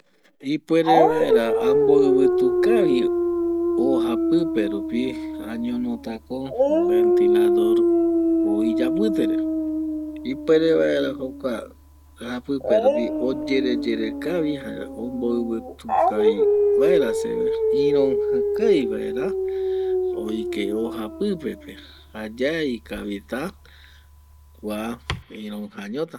Ipuere vaera amboɨvɨtu kavi o japɨpe rupi añono ta ko ventilador o iyapɨte re ipuere vaera jokua japɨpe rupi oyere yere kavi omboɨvɨtu kavi vaera seve, iroɨja kavi vaera oike o japɨpe pe jayae ikavi ta kua iroɨja ño ta